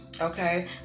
okay